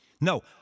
No